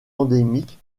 endémique